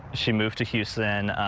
she moved to houston.